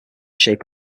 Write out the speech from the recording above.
shape